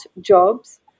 jobs